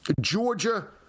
Georgia